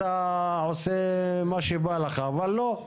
אתה עושה מה שבא לך אבל לא,